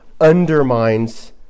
undermines